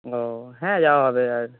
ও হ্যাঁ যাওয়া হবে আর